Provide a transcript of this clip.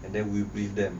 and then we'll build them